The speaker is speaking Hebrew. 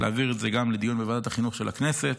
להעביר את זה גם לדיון בוועדת החינוך של הכנסת.